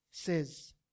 Says